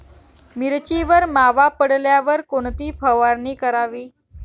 मिरचीवर मावा पडल्यावर कोणती फवारणी करावी?